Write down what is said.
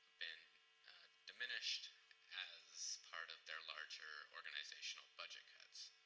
been diminished as part of their larger organizational budget cuts.